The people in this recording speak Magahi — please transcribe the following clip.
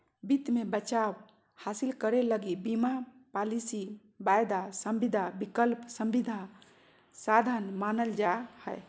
वित्त मे बचाव हासिल करे लगी बीमा पालिसी, वायदा संविदा, विकल्प संविदा साधन मानल जा हय